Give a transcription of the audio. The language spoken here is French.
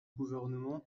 gouvernement